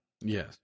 Yes